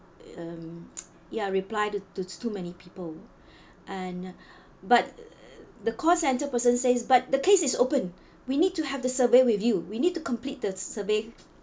um ya reply to to too many people and but the call centre person says but the case is open we need to have the survey with you we need to complete the survey